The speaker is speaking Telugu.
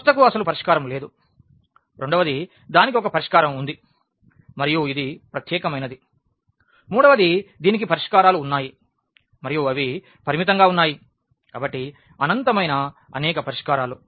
వ్యవస్థకు అసలు పరిష్కారం లేదు రెండవది దానికి ఒక పరిష్కారం ఉంది మరియు ఇది ప్రత్యేకమైనది మూడవది దీనికి పరిష్కారాలు ఉన్నాయి మరియు అవి పరిమితంగా ఉన్నాయి కాబట్టి అనంతమైన అనేక పరిష్కారాలు వున్నాయి